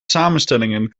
samenstellingen